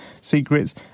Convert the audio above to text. secrets